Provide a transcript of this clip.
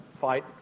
fight